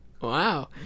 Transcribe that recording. Wow